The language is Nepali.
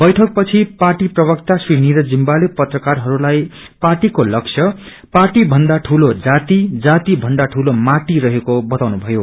बैठकपछि पार्टी प्रवक्त श्री नरिज जिम्बाले पत्रकारहरूलाई पार्टीको लक्ष्य पार्टी भन्दा ठूलो जाति जाति भन्दा ठूलो माटि रहेको बताउनुभयो